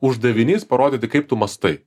uždavinys parodyti kaip tu mąstai